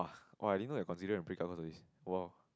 I didn't know that you considering break up cause of this !wow!